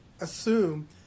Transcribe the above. assume